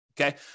okay